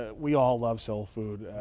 ah we all love soul food.